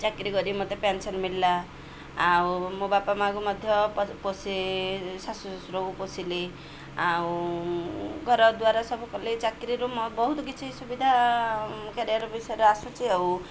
ଚାକିରି କରି ମୋତେ ପେନ୍ସନ୍ ମିଳିଲା ଆଉ ମୋ ବାପା ମା'ଙ୍କୁ ମଧ୍ୟ ପୋଷେ ଶାଶୁ ଶ୍ଵଶୁରକୁ ପୋଷିଲି ଆଉ ଘର ଦ୍ୱାର ସବୁ କଲି ଚାକିରିରୁ ମୁଁ ବହୁତ କିଛି ସୁବିଧା କ୍ୟାରିୟର୍ ବିଷୟରେ ଆସୁଛି ଆଉ